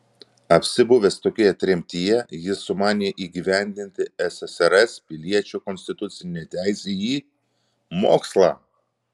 apsibuvęs tokioje tremtyje jis sumanė įgyvendinti ssrs piliečio konstitucinę teisę į mokslą